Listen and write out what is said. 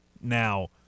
now